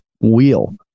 wheel